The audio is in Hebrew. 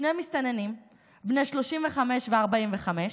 שני מסתננים בני 35 ו-45,